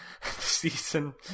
season